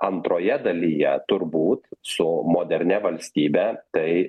antroje dalyje turbūt su modernia valstybe tai